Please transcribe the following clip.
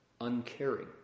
uncaring